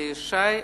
אלי ישי,